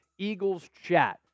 EaglesChat